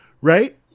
right